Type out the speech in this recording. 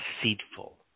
deceitful